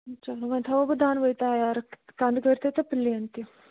چلو وٕ تھاوَو بہٕ دۄنوٕے تیار کَنٛدٕکٔر تہِ تہِ پٔلین تہِ